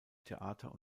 theater